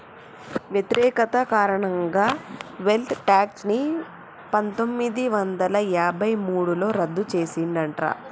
వ్యతిరేకత కారణంగా wealth tax ని పందొమ్మిది వందల యాభై మూడులో రద్దు చేసిండ్రట